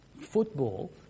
football